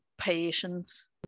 patience